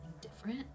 different